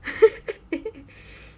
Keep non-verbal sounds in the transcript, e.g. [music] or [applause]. [laughs]